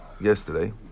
yesterday